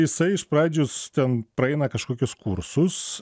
jisai iš pradžių ten praeina kažkokius kursus